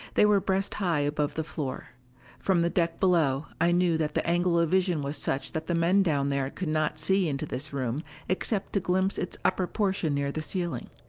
they were breast high above the floor from the deck below i knew that the angle of vision was such that the men down there could not see into this room except to glimpse its upper portion near the ceiling.